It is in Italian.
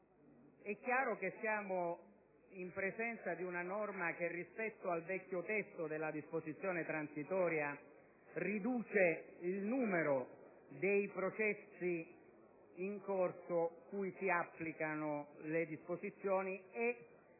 infatti, che siamo in presenza di una norma che, rispetto al vecchio testo della disposizione transitoria, riduce il numero dei processi in corso cui si applicano le disposizioni e